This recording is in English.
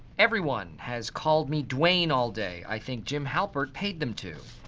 everyone has called me dwayne all day, i think jim halpert paid them to.